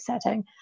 setting